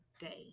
day